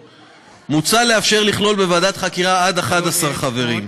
מוצע לאפשר לכלול בוועדת חקירה עד 11 חברים.